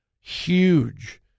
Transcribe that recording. huge